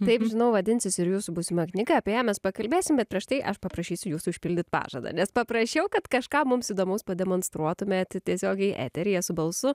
taip žinau vadinsis ir jūsų būsima knyga apie ją mes pakalbėsim bet prieš tai aš paprašysiu jūsų išpildyt pažadą nes paprašiau kad kažką mums įdomaus pademonstruotumėt tiesiogiai eteryje su balsu